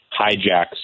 hijacks